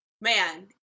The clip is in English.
man